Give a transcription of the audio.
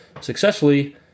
successfully